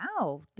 wow